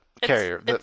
carrier